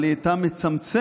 אבל היא הייתה מצמצמת